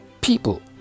people